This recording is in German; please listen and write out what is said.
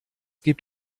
gibt